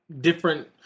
different